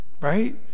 Right